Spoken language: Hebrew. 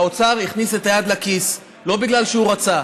האוצר הכניס את היד לכיס לא בגלל שהוא רצה,